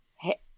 hey